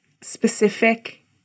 specific